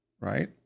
right